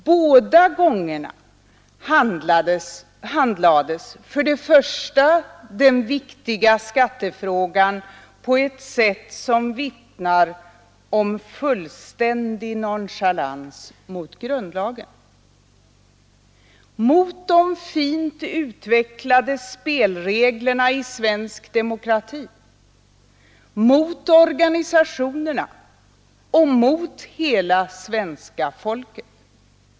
För det första handlades båda gångerna den viktiga skattefrågan på ett sätt som vittnar om fullständig nonchalans mot grundlagen, mot de fint utvecklade spelreglerna i svensk demokrati, mot organisationerna och mot hela svenska folket.